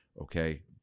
okay